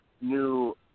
new